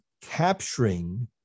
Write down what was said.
capturing